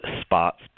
spots